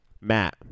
matt